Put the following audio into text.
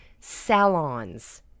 salons